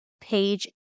Page